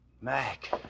Mac